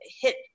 hit